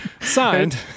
Signed